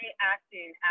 acting